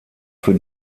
für